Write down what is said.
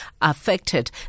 affected